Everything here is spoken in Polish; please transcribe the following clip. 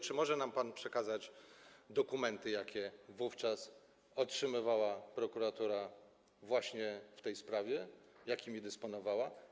Czy może nam pan przekazać dokumenty, jakie wówczas otrzymywała prokuratura właśnie w tej sprawie, jakimi dysponowała?